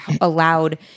allowed